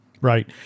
Right